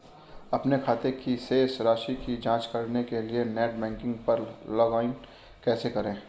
अपने खाते की शेष राशि की जांच करने के लिए नेट बैंकिंग पर लॉगइन कैसे करें?